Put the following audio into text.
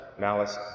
malice